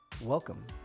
welcome